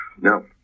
No